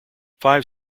five